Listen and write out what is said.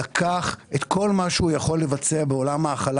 לקח את כל מה שהוא יכול לבצע בעולם ההחלה